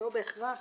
בהכרח